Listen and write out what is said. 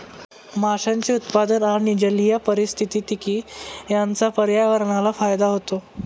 माशांचे उत्पादन आणि जलीय पारिस्थितिकी यांचा पर्यावरणाला फायदा होतो